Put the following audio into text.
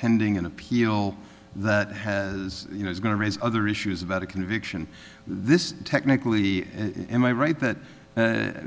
pending an appeal that has you know is going to raise other issues about a conviction this technically in my right that